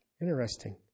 Interesting